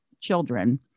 children